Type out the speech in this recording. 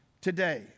today